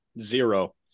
Zero